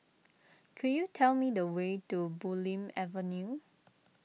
could you tell me the way to Bulim Avenue